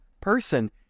person